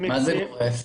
מה זה גורף?